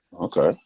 Okay